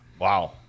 Wow